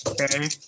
Okay